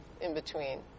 in-between